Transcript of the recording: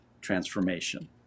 transformation